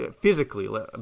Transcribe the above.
physically